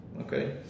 Okay